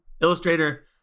illustrator